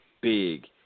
big